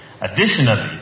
Additionally